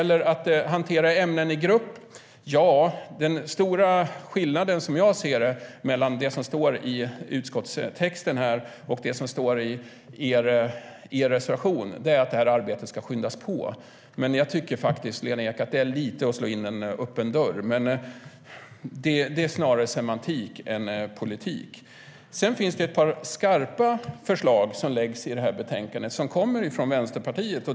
Som jag ser det är den stora skillnaden mellan det som står i utskottstexten om att hantera ämnen i grupp och det som står i reservationen att arbetet ska skyndas på. Men jag tycker faktiskt, Lena Ek, att det är lite som att slå in en öppen dörr. Det är snarare semantik än politik. Sedan läggs det fram ett par skarpa förslag i det här betänkandet från Vänsterpartiet.